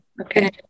Okay